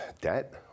debt